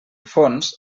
fons